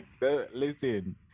listen